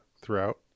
throughout